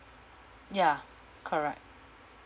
ya correct